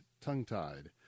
tongue-tied